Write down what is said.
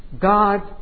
God